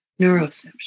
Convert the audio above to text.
neuroception